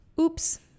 Oops